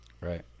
Right